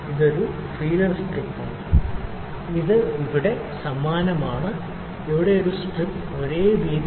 അതിനാൽ ഇത് ഫീലർ സ്ട്രിപ്പാണ് ഇത് ഇവിടെ സമാനമാണ് ഇവിടെ ഒരു സ്ട്രിപ്പ് ഒരേ വീതി മാത്രമാണ്